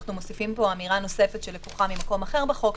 אנחנו מוסיפים פה אמירה נוספת שלקוחה ממקום אחר בחוק,